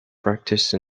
practice